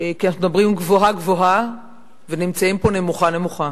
כי מדברים פה גבוהה-גבוהה ונמצאים פה נמוכה-נמוכה.